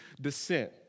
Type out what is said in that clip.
descent